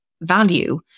value